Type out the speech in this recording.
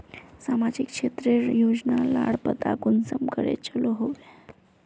सामाजिक क्षेत्र रेर योजना लार पता कुंसम करे चलो होबे?